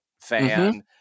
fan